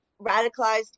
radicalized